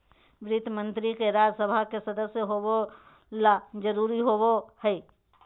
वित्त मंत्री के राज्य सभा के सदस्य होबे ल जरूरी होबो हइ